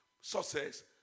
success